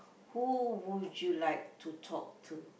who would you like to talk to